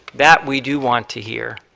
that we do want to hear.